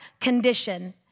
condition